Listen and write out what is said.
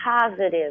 positive